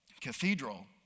cathedral